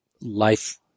life